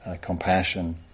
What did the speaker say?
compassion